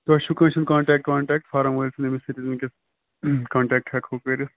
تۄہہِ چھُ کٲنٛسہِ ہُنٛد کٹٹیکٹ ونٹیٚکٹہٕ فارم وٲلِس ییٚمِس سۭتۍ ونکیس کنٹیکٹ ہیٚکو کٔرِتھ